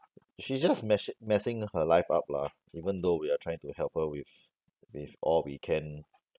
she just mes~ messing her life up lah even though we are trying to help her with with all we can